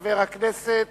חבר הכנסת